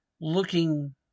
looking